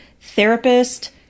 therapist